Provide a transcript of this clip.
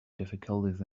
difficulties